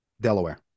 Delaware